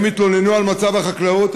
הם התלוננו על מצב החקלאות.